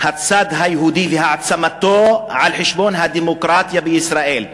הצד היהודי והעצמתו על חשבון הדמוקרטיה בישראל,